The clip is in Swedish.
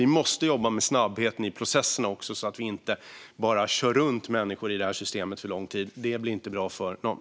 Vi måste jobba med snabbheten i processerna, så att vi inte kör runt människor i systemet för lång tid. Det blir inte bra för någon.